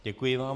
Děkuji vám.